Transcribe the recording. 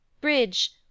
Bridge